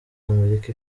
amerika